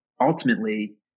ultimately